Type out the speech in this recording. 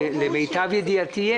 למיטב ידיעתי יש.